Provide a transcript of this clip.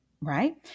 right